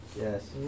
Yes